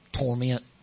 torment